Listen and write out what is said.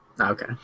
okay